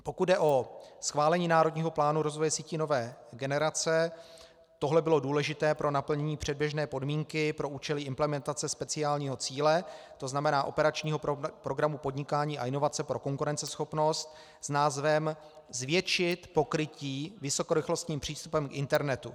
Pokud jde o schválení národního plánu rozvoje sítí nové generace, tohle bylo důležité pro naplnění předběžné podmínky pro účely implementace speciálního cíle, to znamená operačního programu Podnikání a inovace pro konkurenceschopnost, s názvem zvětšit pokrytí vysokorychlostním přístupem k internetu.